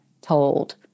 told